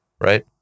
right